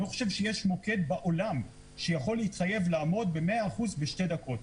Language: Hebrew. אני לא חושב שיש מוקד בעולם שיכול להתחייב לעמוד במאה אחוז בשתי דקות.